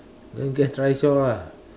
when get trishaw lah